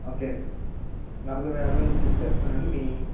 okay అండి నలభై వే యాభై వేలు ఫిక్స్ చేస్తాను అండి మీ